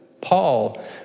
Paul